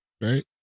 right